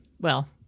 well-